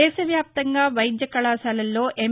దేశ వ్యాప్తంగా వైద్య కళాశాలల్లో ఎం